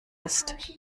ist